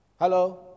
Hello